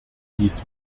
dies